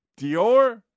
dior